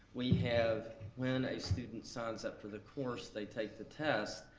we have when a student signs up for the course, they take the test,